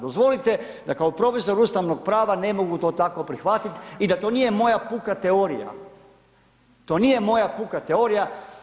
Dozvolite da kao profesor ustavnog prava ne mogu to tako prihvatiti i da to nije moja puka teorija, to nije moja puka teorija.